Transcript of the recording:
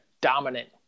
dominant